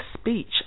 speech